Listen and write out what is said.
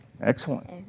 Excellent